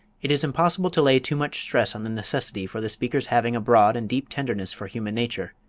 it is impossible to lay too much stress on the necessity for the speaker's having a broad and deep tenderness for human nature.